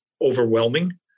overwhelming